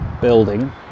building